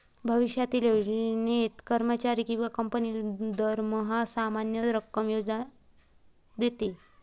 भविष्यातील योजनेत, कर्मचारी किंवा कंपनी दरमहा समान रक्कम योगदान देते